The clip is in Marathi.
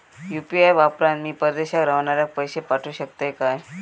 यू.पी.आय वापरान मी परदेशाक रव्हनाऱ्याक पैशे पाठवु शकतय काय?